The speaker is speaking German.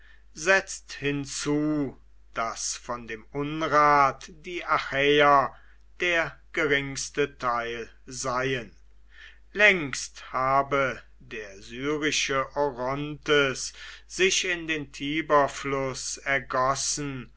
setzt hinzu daß von dem unrat die achäer der geringste teil seien längst habe der syrische orontes sich in den tiberfluß ergossen